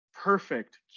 perfect